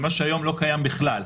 זה משהו שהיום לא קיים בכלל.